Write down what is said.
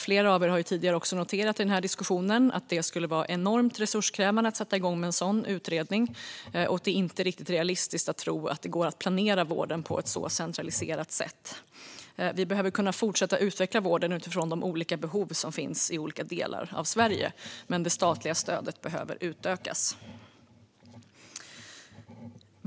Flera av er har också noterat tidigare i den här debatten att det skulle vara enormt resurskrävande att sätta igång en sådan utredning och att det inte är riktigt realistiskt att tro att det går att planera vården på ett så centraliserat sätt. Vi behöver kunna fortsätta utveckla vården utifrån de olika behov som finns i olika delar av Sverige, men det statliga stödet behöver utökas.